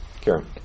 Karen